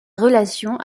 relation